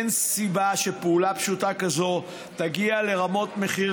אין סיבה שפעולה פשוטה שכזו תגיע לרמות מחיר